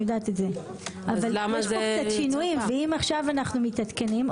אני יודעת אבל אם עכשיו אנחנו מתעדכנים,